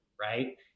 right